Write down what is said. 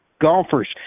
golfers